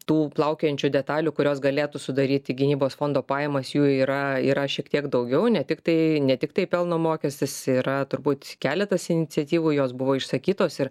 tų plaukiojančių detalių kurios galėtų sudaryti gynybos fondo pajamas jų yra yra šiek tiek daugiau ne tiktai ne tiktai pelno mokestis yra turbūt keletas iniciatyvų jos buvo išsakytos ir